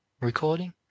Recording